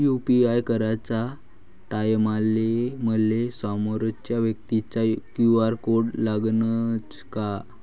UPI कराच्या टायमाले मले समोरच्या व्यक्तीचा क्यू.आर कोड लागनच का?